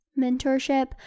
mentorship